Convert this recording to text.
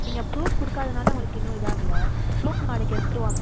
நீங்கள் ப்ரூஃப் கொடுக்காதுனால உங்களுக்கு இன்னும் இதாகலை ப்ரூஃப் நாளைக்கு எடுத்துகிட்டு வாங்க